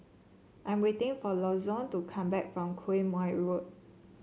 I am waiting for Lonzo to come back from Quemoy Road